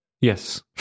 yes